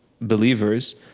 believers